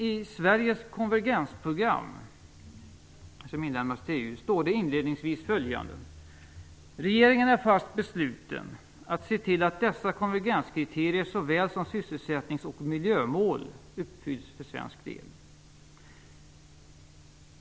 I Sveriges konvergensprogram som är inlämnat till EU står det inledningsvis följande: "Regeringen är fast besluten att se till att dessa konvergenskriterier såväl som sysselsättnings och miljömål uppfylls för svensk del."